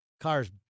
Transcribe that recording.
cars